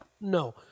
No